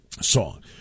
song